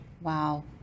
Wow